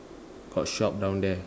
got shop down there